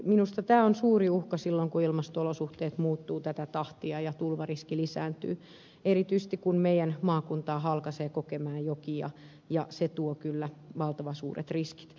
minusta tämä on suuri uhka silloin kun ilmasto olosuhteet muuttuvat tätä tahtia ja tulvariski lisääntyy erityisesti kun meidän maakuntaamme halkaisee kokemäenjoki ja se tuo kyllä valtavan suuret riskit